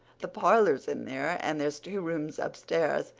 the parlor's in there and there's two rooms upstairs.